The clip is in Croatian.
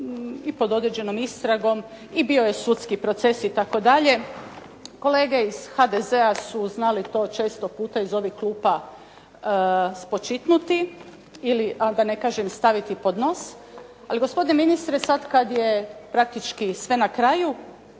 i pod određenom istragom i bio je sudski proces itd. Kolege iz HDZ-a su znali to često puta iz ovih klupa spočitnuti, ali da ne kažem staviti pod nos. Ali gospodine ministre sad kad je praktički sve na kraju